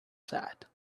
sad